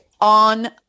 on